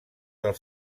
del